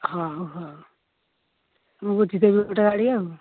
ହଁ ହଉ ହଉ ମୁଁ ବୁଝିଦେବି ଗୋଟେ ଗାଡ଼ି ଆଉ